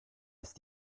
ist